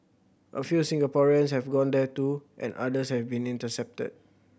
a few Singaporeans have gone there too and others have been intercepted